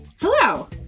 hello